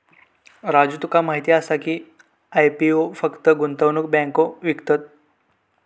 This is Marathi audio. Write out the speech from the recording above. राजू तुका माहीत आसा की, आय.पी.ओ फक्त गुंतवणूक बँको विकतत?